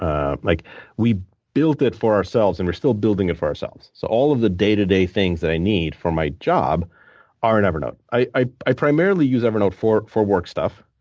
ah like we built it for ourselves and are still building it for ourselves. so all of the day to day things that i need for my job are in evernote. i i primarily use evernote for for work stuff.